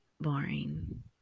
boring